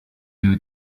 you